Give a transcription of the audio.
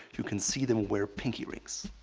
you can see them wear pinky rings.